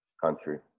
Country